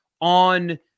on